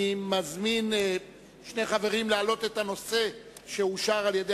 אני מזמין שני חברים להעלות את הנושא שאושר על-ידי